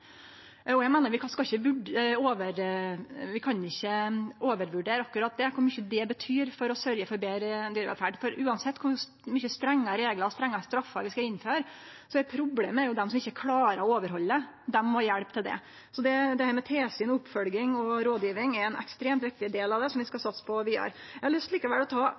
Eg meiner at vi ikkje kan overvurdere akkurat det – kor mykje det betyr for å sørgje for betre dyrevelferd. For uansett kor mykje strengare reglar og straffar vi skal innføre, er jo problemet dei som ikkje klarer å overhalde det. Dei må ha hjelp. Så dette med tilsyn, oppfølging og rådgjeving er ein ekstremt viktig del av det, som vi skal satse på vidare. Eg